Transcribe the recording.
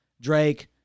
Drake